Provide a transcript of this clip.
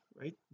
right